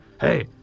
Hey